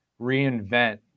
reinvent